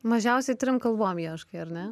mažiausiai trim kalbom ieškai ar ne